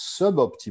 suboptimal